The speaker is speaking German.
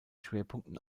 schwerpunkten